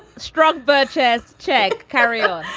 struck birch's check. carry on.